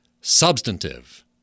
substantive